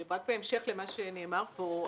בהמשך למה שנאמר פה,